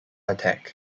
attack